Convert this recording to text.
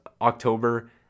October